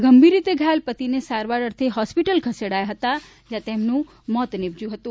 ગંભીર રીતે ઘાયલ પતિને સારવાર અર્થે હોસ્પિટલ ખસેડાયા હતા જ્યાં તેમનું મોત નીપજ્યું હતું